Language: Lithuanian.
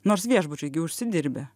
nors viešbučiai gi užsidirbę